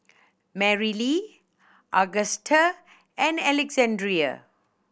Marylee Augusta and Alexandrea